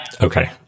Okay